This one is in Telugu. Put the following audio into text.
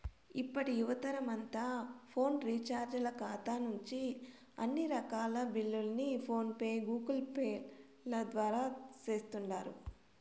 ఇప్పటి యువతరమంతా ఫోను రీచార్జీల కాతా నుంచి అన్ని రకాల బిల్లుల్ని ఫోన్ పే, గూగుల్పేల ద్వారా సేస్తుండారు